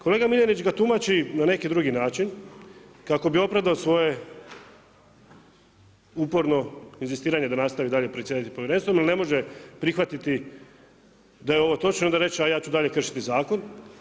Kolega Miljenić ga tumači na neki drugi način kako bi opravdao svoje uporno inzistiranje da nastavi dalje pred povjerenstvom, jer ne može prihvatiti da je ovo točno i onda reći, a ja ću dalje kršiti zakon.